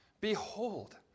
Behold